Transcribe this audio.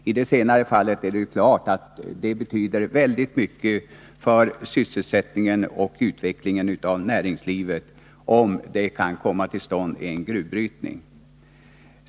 I det senare fallet är det ju klart att det betyder väldigt mycket för sysselsättningen och utvecklingen av näringslivet om det kan komma till stånd en gruvbrytning.